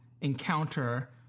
encounter